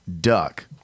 duck